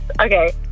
Okay